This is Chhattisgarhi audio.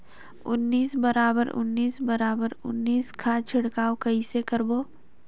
उन्नीस बराबर उन्नीस बराबर उन्नीस खाद छिड़काव कइसे करबो?